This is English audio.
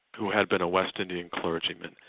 who had been a west indian clergyman,